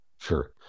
sure